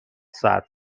صرف